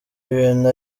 ibintu